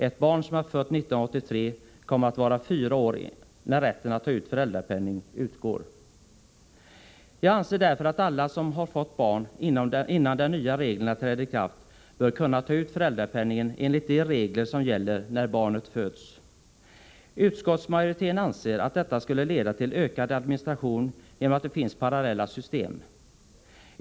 Ett barn som är fött 1983 kommer att vara fyra år när rätten att ta ut föräldrapenning utgår. Jag anser därför att alla som har fått barn, innan de nya reglerna träder i kraft, bör kunna ta ut föräldrapenningen enligt de regler som gäller när barnet föds. Utskottsmajoriteten anser att detta skulle leda till ökad administration genom att det finns parallella system.